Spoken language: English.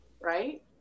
right